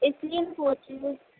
اس لیے میں پوچھ رہی ہوں